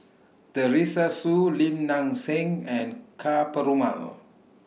Teresa Hsu Lim Nang Seng and Ka Perumal